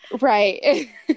Right